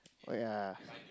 oh ya